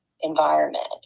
environment